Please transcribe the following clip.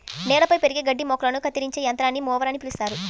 నేలపై పెరిగే గడ్డి మొక్కలను కత్తిరించే యంత్రాన్ని మొవర్ అని పిలుస్తారు